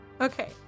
Okay